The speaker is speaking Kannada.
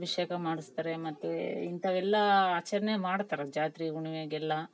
ಅಭಿಷೇಕ ಮಾಡಿಸ್ತಾರೆ ಮತ್ತು ಇಂಥವೆಲ್ಲ ಆಚರಣೆ ಮಾಡ್ತರೆ ಜಾತ್ರೆ ಹುಣ್ವೆಗೆಲ್ಲ